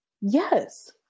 Yes